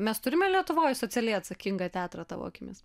mes turime lietuvoj socialiai atsakingą teatrą tavo akimis